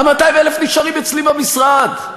200,000 נשארים אצלי במשרד,